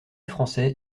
français